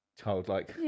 childlike